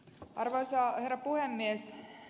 arvoisa herra puhemies